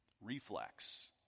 reflex